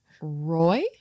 Roy